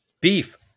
Beef